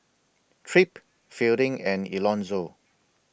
Tripp Fielding and Elonzo